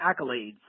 accolades